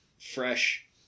fresh